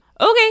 Okay